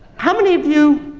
how many of you